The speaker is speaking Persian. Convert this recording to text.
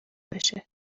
بشه